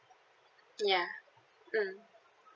ya mm